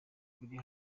biri